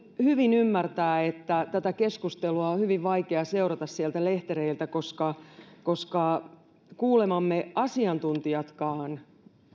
hyvin ymmärtää että tätä keskustelua on hyvin vaikea seurata sieltä lehtereiltä koska koska kuulemamme asiantuntijatkaan